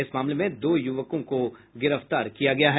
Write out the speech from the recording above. इस मामले में दो युवकों को भी गिरफ्तार किया गया है